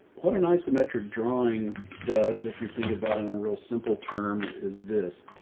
what an isometric drawing does, if you're thinking about it in a real simple term, is this